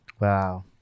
Wow